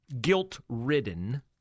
guilt-ridden